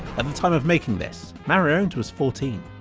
and the time of making this, mariowned was fourteen.